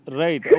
right